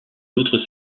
d’autres